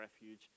refuge